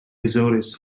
azores